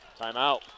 Timeout